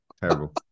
Terrible